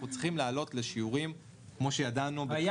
צריכים לעלות לשיעורים כמו שידענו בתחילת העשור.